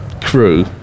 crew